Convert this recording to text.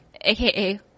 aka